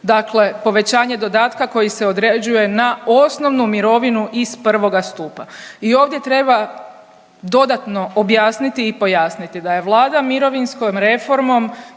dakle povećanje dodatka koji se određuje na osnovnu mirovinu iz I. stupa. I ovdje treba dodatno objasniti i pojasniti da je Vlada mirovinskom reformom